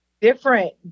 different